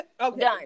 Okay